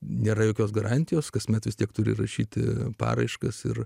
nėra jokios garantijos kasmet vis tiek turi rašyti paraiškas ir